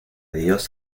dios